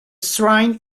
shrine